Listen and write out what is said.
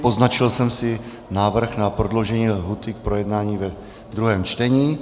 Poznačil jsem si návrh na prodloužení lhůty k projednání ve druhém čtení.